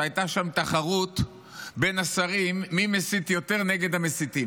הייתה שם תחרות בין השרים מי מסית יותר נגד המסיתים.